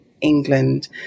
England